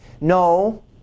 no